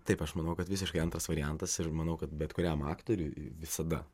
taip aš manau kad visiškai antras variantas ir manau kad bet kuriam aktoriui visada